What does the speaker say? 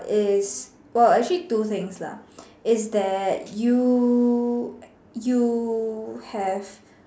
is well actually two things ah is that you you have